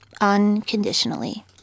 Unconditionally